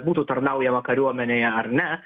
būtų tarnaujama kariuomenėje ar ne